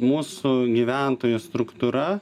mūsų gyventojų struktūra